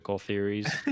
theories